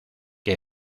que